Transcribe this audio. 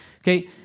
Okay